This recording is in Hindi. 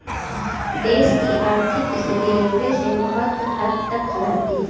देश की आर्थिक स्थिति रेलवे से बहुत हद तक सुधरती है